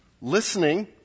listening